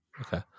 Okay